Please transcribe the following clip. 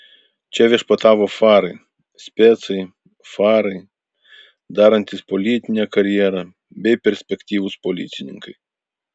čia viešpatavo farai specai farai darantys politinę karjerą bei perspektyvūs policininkai